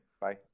bye